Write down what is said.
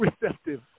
receptive